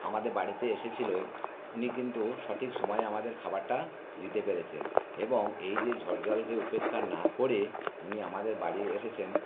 আমাদের বাড়িতে এসেছিলেন উনি কিন্তু সঠিক সময়ে আমাদের খাবারটা দিতে পেরেছেন এবং এই যে ঝড় জলকে উপেক্ষা না করে উনি আমাদের বাড়ি এসেছেন